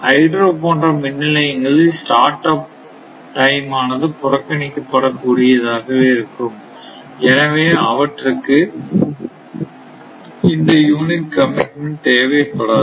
hydro போன்ற மின் நிலையங்களில் ஸ்டார்ட் அப் டைம் ஆனது புறக்கணிக்கப்பட கூடியதாகவே இருக்கும் எனவே அவற்றுக்கு இந்த யூனிட் கமிட்மென்ட் தேவைப்படாது